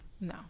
no